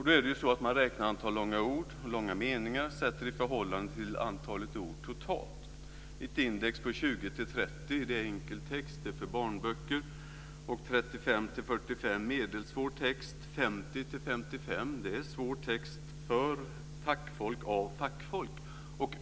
Då räknar man antalet långa ord och långa meningar och sätter dem i förhållande till antalet ord totalt. Ett index på 20-30 är enkel text, som barnböcker, 35-45 medelsvår text och 50-55 svår text för fackfolk av fackfolk.